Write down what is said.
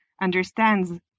understands